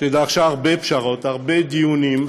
שדרשה הרבה פשרות, הרבה דיונים.